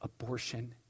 Abortion